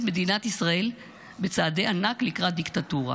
מדינת ישראל בצעדי ענק לקראת דיקטטורה.